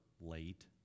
late